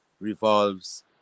revolves